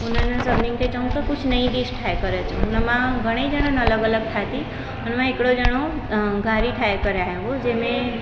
उन्हनि सभिनी खे चयो त कुझु नई डिश ठाहे करे अचो हुन मां घणेई ॼणनि अलॻि अलॻि ठाती हुन मां हिकिड़ो ॼणो घारी ठाहे करे आयो जंहिं में